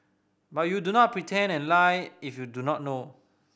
but you do not pretend and lie if you do not know